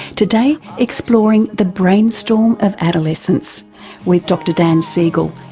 today exploring the brainstorm of adolescence with dr dan siegel,